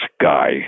guy